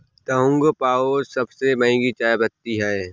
Da Hong Pao सबसे महंगी चाय पत्ती है